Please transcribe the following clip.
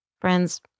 friends